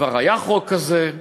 כבר היה חוק כזה,